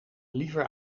liever